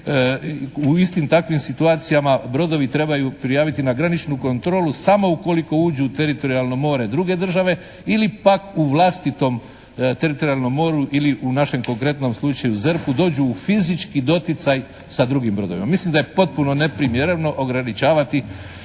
u istim takvim situacijama brodovi trebaju prijaviti na graničnu kontrolu samo ukoliko uđu u teritorijalno more druge države ili pak u vlastitom teritorijalnom moru ili u našem konkretnom slučaju u ZERP-u dođu u fizički doticaj sa drugim brodovima. Mislim da je potpuno neprimjereno ograničavati